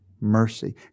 mercy